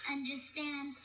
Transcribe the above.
Understand